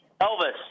Elvis